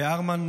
לארמן,